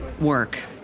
work